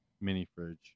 mini-fridge